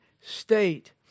state